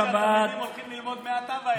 הולכים ללמוד מעתה ואילך.